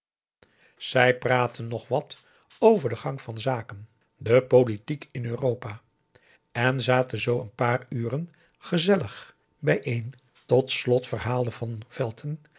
zij praatten nog wat over den gang van zaken de politiek in europa en zaten zoo een paar uren gezellig bijeen tot